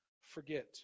forget